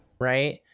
Right